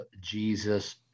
Jesus